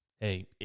Hey